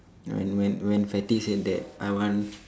when when when fatty said that I want